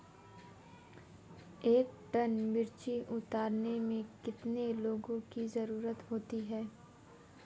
एक टन मिर्ची उतारने में कितने लोगों की ज़रुरत होती है?